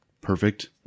perfect